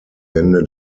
wände